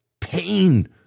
pain